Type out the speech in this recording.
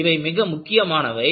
இவை மிக முக்கியமானவை